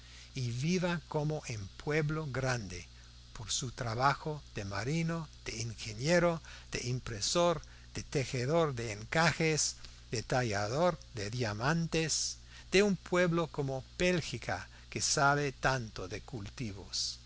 y viva como en pueblo grande por su trabajo de marino de ingeniero de impresor de tejedor de encajes de tallador de diamantes de un pueblo como bélgica que sabe tanto de cultivos